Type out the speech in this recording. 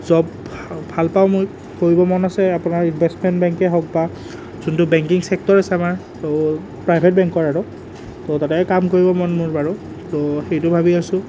job ভাল ভাল পাওঁ মই কৰিব মন আছে আপোনাৰ ইমবেচমেণ্ট বেংকেই হওক বা যোনটো বেংকিং চেক্টৰ আছে আমাৰ তো প্ৰাইভেট বেংকৰ আৰু তো তাতে কাম কৰিব মন মোৰ বাৰু তো সেইটো ভাবি আছোঁ